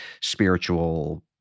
spiritual